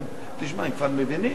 מג'אדלה.